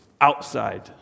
outside